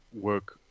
work